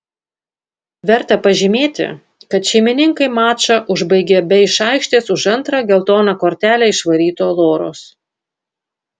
verta pažymėti kad šeimininkai mačą užbaigė be iš aikštės už antrą geltoną kortelę išvaryto loros